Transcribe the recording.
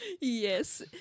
Yes